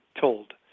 told